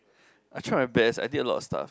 I tried my best I did a lot of stuff